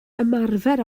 ymarfer